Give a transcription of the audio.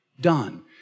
done